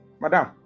madam